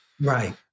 Right